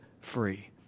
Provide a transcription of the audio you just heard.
free